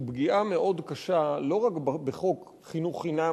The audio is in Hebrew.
הוא פגיעה מאוד קשה לא רק בחוק חינוך חינם,